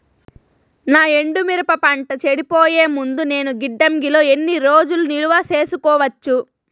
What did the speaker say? నా ఎండు మిరప పంట చెడిపోయే ముందు నేను గిడ్డంగి లో ఎన్ని రోజులు నిలువ సేసుకోవచ్చు?